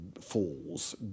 Falls